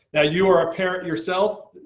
now, you are a parent yourself,